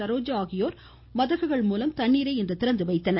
சரோஜா ஆகியோர் இன்று மதகுகள் மூலம் தண்ணீரை திறந்து வைத்தனர்